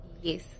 yes